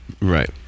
Right